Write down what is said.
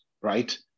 right